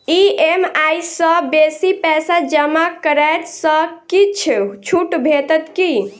EMI सँ बेसी पैसा जमा करै सँ किछ छुट भेटत की?